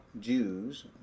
Jews